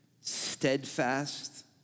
steadfast